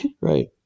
right